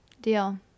Deal